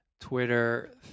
Twitter